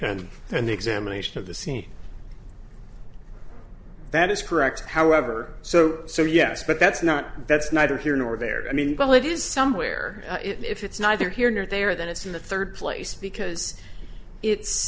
and the examination of the scene that is correct however so so yes but that's not that's neither here nor there i mean while it is somewhere if it's neither here nor there then it's in the third place because it's